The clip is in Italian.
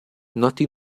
noti